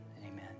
amen